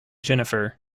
jennifer